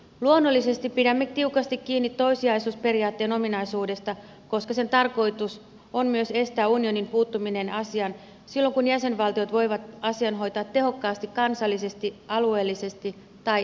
luonnollisesti pidämme tiukasti kiinni toissijaisuusperiaatteen ominaisuudesta koska sen tarkoitus on myös estää unionin puuttuminen asiaan silloin kun jäsenvaltiot voivat asian hoitaa tehokkaasti kansallisesti alueellisesti tai paikallisesti